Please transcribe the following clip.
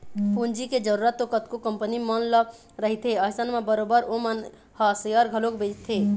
पूंजी के जरुरत तो कतको कंपनी मन ल रहिथे अइसन म बरोबर ओमन ह सेयर घलोक बेंचथे